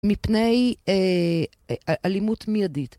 מפני אלימות מיידית.